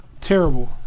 Terrible